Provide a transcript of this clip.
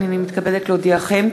הנני מתכבדת להודיעכם,